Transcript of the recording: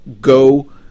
go